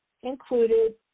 included